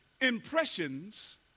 Impressions